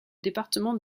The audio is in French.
département